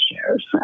shares